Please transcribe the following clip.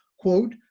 quote,